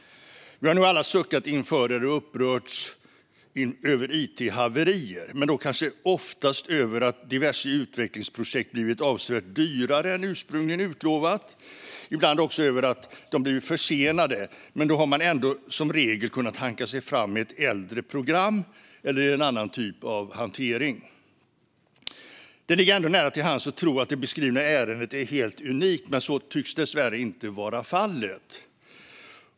Vi har nog alla suckat inför eller upprörts över it-haverier, men då kanske oftast över att diverse utvecklingsprojekt blivit avsevärt dyrare än ursprungligen utlovat, ibland också över att de blivit försenade. Men då har man ändå i regel kunnat hanka sig fram med ett äldre program eller en annan typ av hantering. Det ligger nära till hands att tro att det beskrivna ärendet är helt unikt, men så tycks dessvärre inte vara fallet.